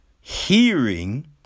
Hearing